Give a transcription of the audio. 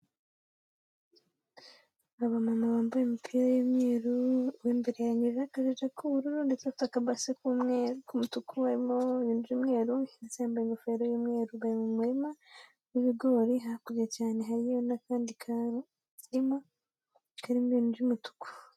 Abamama bambaye imipira y'umweru, uw'imbere yambaye akajile k'ubururu, ndetse afita aka base kamwe k'umutuku, uw'ibymweru yambaye ingofero y'umweruru bari murima w'ibigori, hakurya cyane hariyo n'akandi karima karimo ibintu by'umutuku.